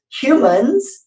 humans